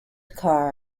car